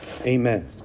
Amen